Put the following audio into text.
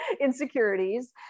insecurities